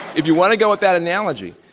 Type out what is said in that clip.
if you want to go with that analogy,